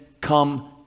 come